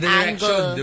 angle